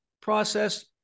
process